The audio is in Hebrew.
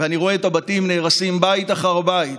ואני רואה את הבתים נהרסים, בית אחר בית,